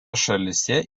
šalyse